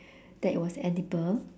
that it was edible